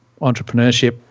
entrepreneurship